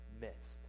midst